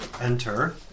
enter